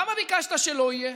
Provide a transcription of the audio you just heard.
למה ביקשת שלא יהיה?